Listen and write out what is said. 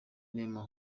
neema